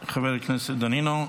חבר הכנסת דנינו.